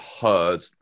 heard